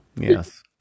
Yes